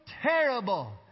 terrible